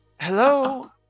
Hello